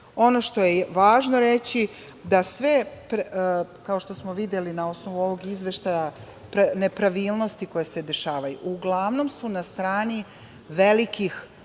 revizora. Važno je reći da sve, kao što smo videli na osnovu ovog Izveštaja, nepravilnosti koje se dešavaju, uglavnom su na strani velikih